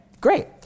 great